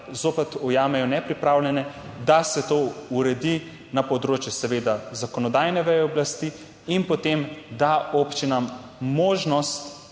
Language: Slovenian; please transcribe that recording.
zopet ujamejo nepripravljene, da se to uredi na področju seveda zakonodajne veje oblasti in potem da občinam možnost,